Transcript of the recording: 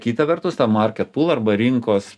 kita vertus ta market pul arba rinkos